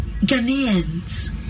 Ghanaians